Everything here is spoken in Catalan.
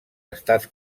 estats